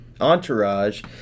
Entourage